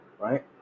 Right